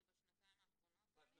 זה בשנתיים האחרונות, עמי?